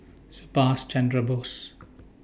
Subhas Chandra Bose